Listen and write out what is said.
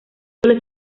doble